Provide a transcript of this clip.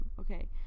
okay